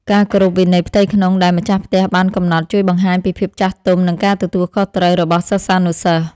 ការគោរពវិន័យផ្ទៃក្នុងដែលម្ចាស់ផ្ទះបានកំណត់ ជួយបង្ហាញពីភាពចាស់ទុំនិងការទទួលខុសត្រូវរបស់សិស្សានុសិស្ស។